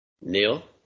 Neil